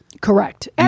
Correct